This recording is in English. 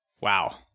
Wow